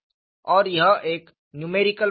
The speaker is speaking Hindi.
और यह एक न्यूमेरिकल प्लॉट है